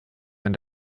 wenn